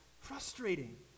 frustrating